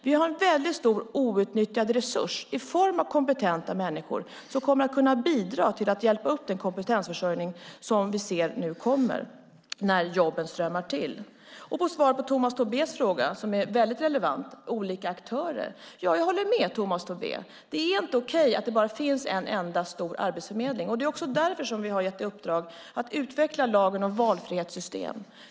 Vi har en väldigt stor outnyttjad resurs i form av kompetenta människor som kommer att kunna bidra till att hjälpa upp den kompetensförsörjningsbrist som vi ser nu kommer när jobben strömmar till. Som svar på Tomas Tobés relevanta fråga om olika aktörer kan jag säga att jag håller med Tomas Tobé. Det är inte okej att det bara finns en enda stor arbetsförmedling, och det är också därför som vi har gett i uppdrag att utveckla lagen om valfrihetssystem.